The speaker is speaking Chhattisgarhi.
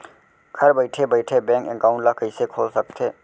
घर बइठे बइठे बैंक एकाउंट ल कइसे खोल सकथे?